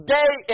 day